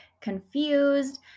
confused